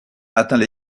atteint